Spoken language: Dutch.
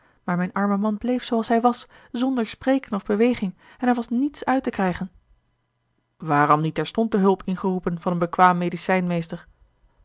maar mijn arme man bleef zooals hij was zonder spreken of beweging en er was niets uit te krijgen waarom niet terstond de hulp ingeroepen van een bekwaam